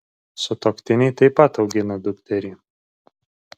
sutuoktiniai taip pat augina dukterį